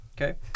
Okay